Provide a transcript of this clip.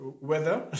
weather